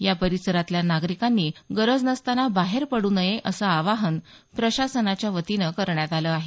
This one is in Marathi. या परिसरातल्या नागरिकांनी गरज नसताना बाहेर पडू नये असं आवाहन प्रशासनाच्या वतीनं करण्यात आलं आहे